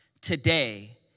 today